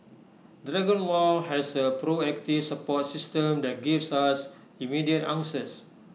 dragon law has A proactive support system that gives us immediate answers